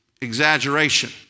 exaggeration